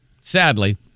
sadly